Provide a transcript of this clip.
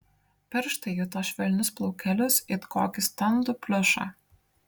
pirštai juto švelnius plaukelius it kokį standų pliušą